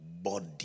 body